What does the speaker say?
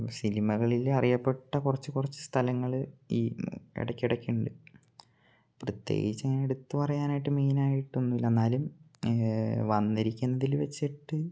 സിനിമകളിൽ അറിയപ്പെട്ട കുറച്ചു കുറച്ചു സ്ഥലങ്ങൾ ഈ ഇടയ്ക്കിടയ്ക്ക് ഉണ്ട് പ്രത്യേകിച്ചു ഞാൻ എടുത്ത് പറയാനായിട്ട് മെയിനായിട്ട് ഒന്നുമില്ല എന്നാലും വന്നിരിക്കുന്നതിൽ വച്ചിട്ട്